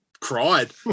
cried